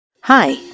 Hi